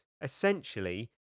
Essentially